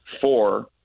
four